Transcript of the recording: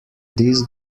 disc